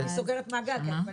זאת